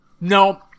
No